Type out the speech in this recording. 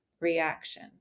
reaction